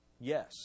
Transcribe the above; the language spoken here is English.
Yes